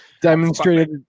Demonstrated